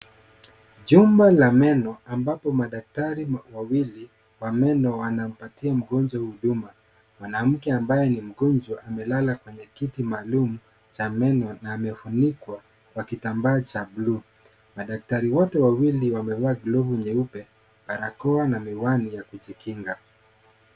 Jumba la meno ambapo madaktari wawili wanampatia mgonjwa huduma . Mwanamke ambaye ni mgonjwa amelala kwenye kiti maalum cha meno na amefunikwa kwa kitambaa cha bluu. Madaktari wote wawili wamevaa miwani nyeupe barakoa na miwani ya kujikinga.